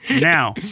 Now